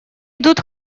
идут